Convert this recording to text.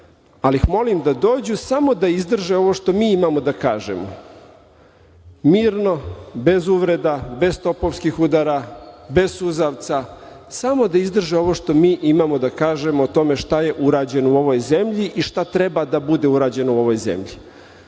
ali ih molim da dođu samo da izdrže ovo što mi imamo da kažemo, mirno, bez uvreda, bez topovskih udara, bez suzavca, samo da izdrže ovo što mi imamo da kažemo o tome šta je urađeno u ovoj zemlji i šta treba da bude urađeno u ovoj zemlji,